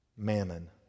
mammon